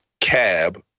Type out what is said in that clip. Cab